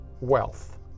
wealth